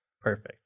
perfect